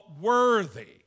worthy